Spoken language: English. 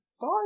Bye